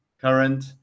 current